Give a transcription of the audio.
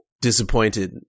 disappointed